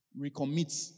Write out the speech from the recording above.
recommit